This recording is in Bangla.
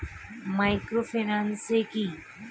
মাইক্রোফিন্যান্স কি?